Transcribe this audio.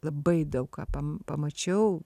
labai daug ką pam pamačiau